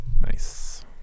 Nice